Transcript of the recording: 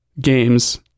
games